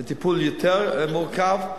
זה טיפול יותר מורכב.